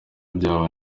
byabo